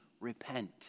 repent